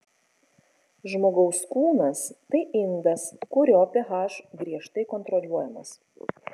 žmogaus kūnas tai indas kurio ph griežtai kontroliuojamas